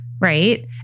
right